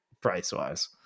price-wise